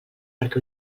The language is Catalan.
perquè